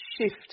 shift